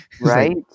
Right